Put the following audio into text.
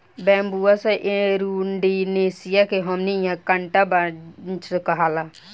Bambusa arundinacea के हमनी इन्हा कांटा बांस कहाला